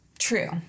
True